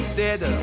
dead